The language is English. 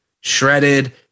shredded